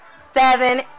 seven